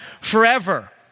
forever